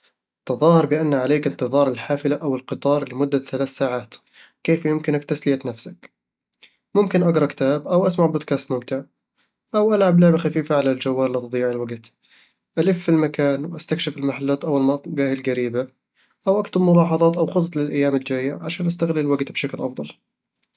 تظاهر بأن عليك انتظار الحافلة أو القطار لمدة ثلاث ساعات. كيف يمكنك تسلية نفسك؟ ممكن أقرأ كتاب أو أسمع بودكاست ممتع أو ألعب لعبة خفيفة على الجوال لتضييع الوقت الف في المكان وأستكشف المحلات أو المقاهي القريبة أو أكتب ملاحظات أو خطط للأيام الجاية عشان أستغل الوقت بشكل أفضل